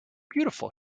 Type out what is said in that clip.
beautiful